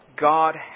God